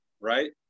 right